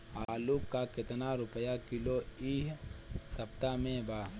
आलू का कितना रुपया किलो इह सपतह में बा?